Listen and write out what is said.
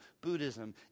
Buddhism